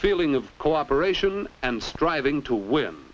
feeling of cooperation and striving to win